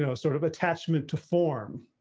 you know sort of attachment to form.